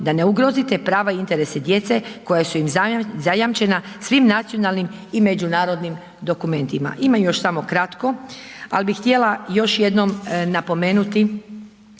da ne ugrozite prava i interese djece koja su zajamčena svim nacionalnim i međunarodnim dokumentima. Ima još amo kratko ali bi htjela još jednom napomenuti